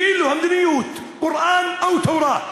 כאילו המדיניות קוראן או תורה,